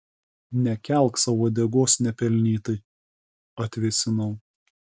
nekelk sau uodegos nepelnytai atvėsinau